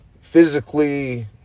physically